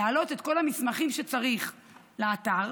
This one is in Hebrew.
להעלות את כל המסמכים שצריך לאתר